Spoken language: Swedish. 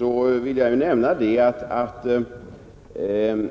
Jag vill nämna att när man tar del